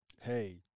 hey